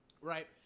right